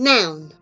Noun